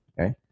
Okay